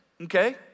okay